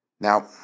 Now